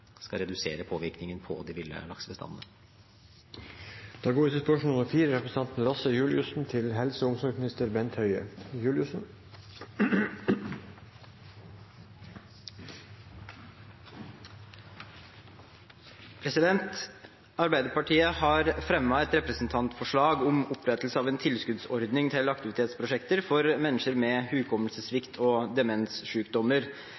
skal redusere påvirkningen på de ville laksebestandene. «Arbeiderpartiet har fremmet et representantforslag om opprettelse av en tilskuddsordning til aktivitetsprosjekter for mennesker med